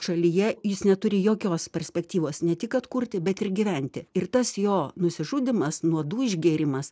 šalyje jis neturi jokios perspektyvos ne tik kad kurti bet ir gyventi ir tas jo nusižudymas nuodų išgėrimas